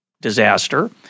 disaster